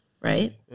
Right